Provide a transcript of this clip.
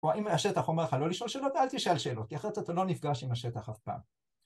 או האם השטח אומר לך לא לשאול שאלות, אל תשאל שאלות, אחרת אתה לא נפגש עם השטח אף פעם.